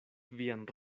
vian